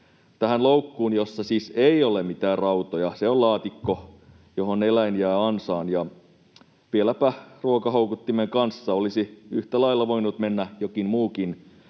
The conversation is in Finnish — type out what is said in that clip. Tähän loukkuun, jossa siis ei ole mitään rautoja — se on laatikko, johon eläin jää ansaan ja vieläpä ruokahoukuttimen kanssa — olisi yhtä lailla voinut mennä jokin muukin